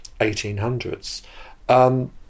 1800s